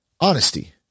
Honesty